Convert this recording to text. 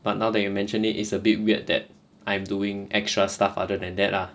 but now that you mentioned it it's a bit weird that I'm doing extra stuff other than that lah